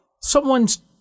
someone's